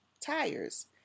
tires